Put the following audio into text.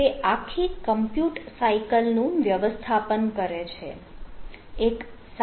તે આખી કમ્પ્યુટ સાયકલનું વ્યવસ્થાપન કરે છે